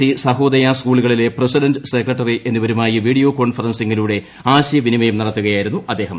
E Sahodaya സ്കൂളുകളിലെ president secretary എന്നിവരുമായി video കോൺഫറൻസിലൂടെ ആശയ വിനിമയം നടത്തുകയായിരുരന്നു അദ്ദേഹം